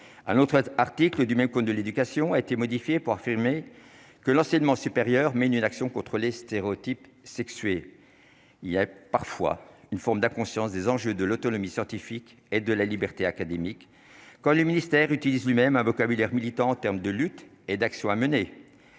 l'autre article du même coup, de l'éducation a été modifié pour affirmer que l'enseignement supérieur mais une action contre les stéréotypes sexués, il y a parfois une forme d'inconscience des enjeux de l'autonomie scientifique et de la liberté académique, quand le ministère utilise lui-même un vocabulaire militants en terme de lutte et d'action à mener